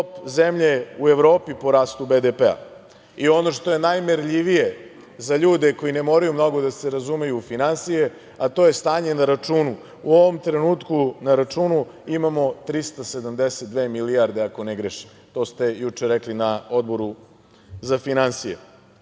top zemlje u Evropi po rastu BDP. Ono što je najmerljivije za ljude koji ne moraju mnogo da se razumeju u finansije, a to je stanje na računu. U ovom trenutku na računu imamo 372 milijarde ako ne grešim, to ste juče rekli na Odboru za finansije. Uz